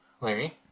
Larry